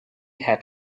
had